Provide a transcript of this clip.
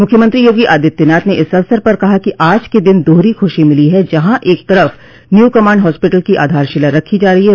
मूख्यमंत्री योगी आदित्यनाथ ने इस अवसर पर कहा कि आज के दिन दोहरी खुशी मिली है जहां एक तरफ न्यू कमांड हास्पिटल की आधारशिला रखी जा रही है